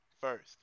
First